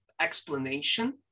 explanation